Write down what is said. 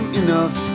enough